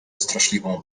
straszliwą